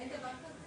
אין לי את המומחיות